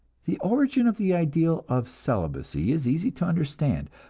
the origin of the ideal of celibacy is easy to understand.